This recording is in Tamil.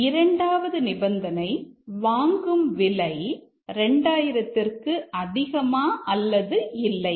இரண்டாவது நிபந்தனை வாங்கும் விலை இரண்டாயிரத்திற்கு அதிகமா அல்லது இல்லையா